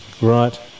Right